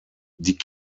die